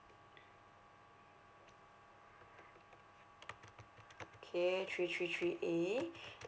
K three three three A